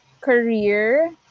career